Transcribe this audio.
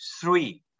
three